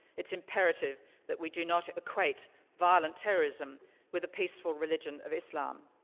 it's imperative that we do not equate violent terrorism with the peaceful religion of islam.